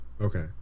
okay